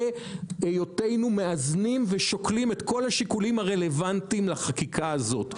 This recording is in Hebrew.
בהיותנו מאזנים ושוקלים את כל השיקולים הרלוונטיים לחקיקה הזאת.